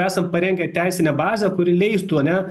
esam parengę teisinę bazę kuri leistų ane